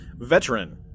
Veteran